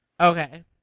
Okay